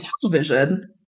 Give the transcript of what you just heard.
television